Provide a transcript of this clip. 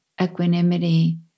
equanimity